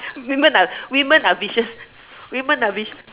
women are women are vicious women are vicious